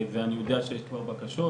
ואני יודע שיש כבר בקשות,